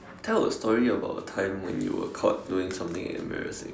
tell a story about a time when you were caught doing something embarrassing